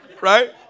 Right